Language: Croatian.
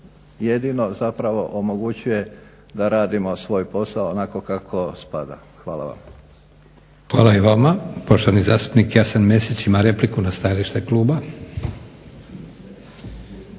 jedino omogućuje da radimo svoj posao onako kako spada. Hvala vam. **Leko, Josip (SDP)** Hvala i vama. Poštovani zastupnik Jasen Mesić ima repliku na stajalište kluba.